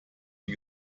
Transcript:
die